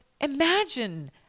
imagine